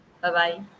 bye-bye